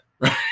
right